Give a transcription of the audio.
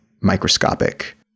microscopic